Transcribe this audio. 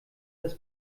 das